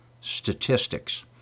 statistics